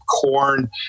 corn